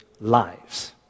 lives